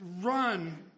run